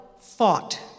fought